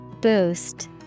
Boost